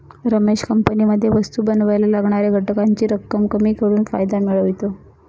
रमेश कंपनीमध्ये वस्तु बनावायला लागणाऱ्या घटकांची रक्कम कमी करून फायदा मिळवतो